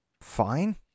fine